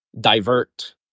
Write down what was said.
divert